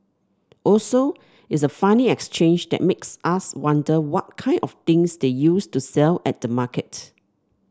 also it's a funny exchange that makes us wonder what kind of things they used to sell at the market